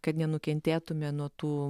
kad nenukentėtume nuo tų